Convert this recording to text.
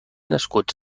nascuts